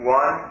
one